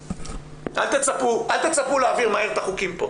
אל תצפו להעביר מהר את החוקים פה.